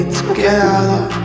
together